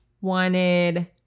wanted